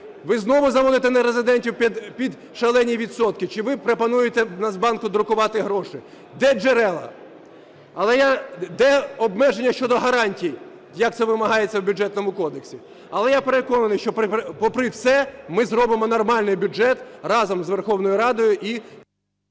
Ви знову заводите нерезидентів під шалені відсотки, чи ви пропонуєте Нацбанку друкувати гроші? Де джерела? Де обмеження щодо гарантій, як це вимагається в Бюджетному кодексі? Але я переконаний, що попри все ми зробимо нормальний бюджет, разом з Верховною Радою